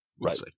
right